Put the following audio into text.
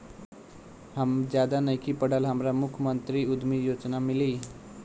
हम ज्यादा नइखिल पढ़ल हमरा मुख्यमंत्री उद्यमी योजना मिली?